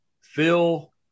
Phil